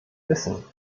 wissen